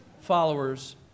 followers